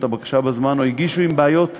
הבקשה בזמן או הגישו עם בעיות טכניות,